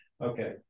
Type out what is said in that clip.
Okay